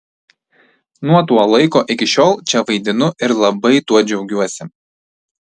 nuo to laiko iki šiol čia vaidinu ir labai tuo džiaugiuosi